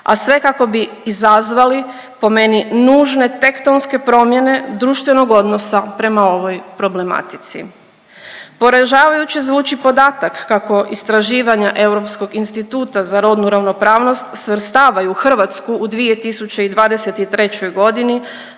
a sve kako bi izazvali po meni nužne tektonske promjene društvenog odnosa prema ovoj problematici. Poražavajuće zvuči podatak kako istraživanja Europskog instituta za rodnu ravnopravnost svrstavaju Hrvatsku u 2023. g. na